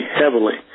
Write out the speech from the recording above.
heavily